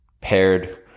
paired